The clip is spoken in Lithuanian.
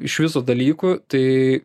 iš viso dalyku tai